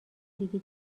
دیگه